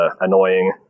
annoying